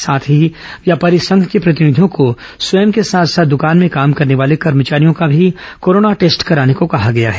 साथ ही व्यापॉरी संघ के प्रॉतनिधियों को स्वयं के साथ साथ दुकान में काम करने वाले कर्मचारियों का भी कोरोना टेस्ट कराने को कहा गया है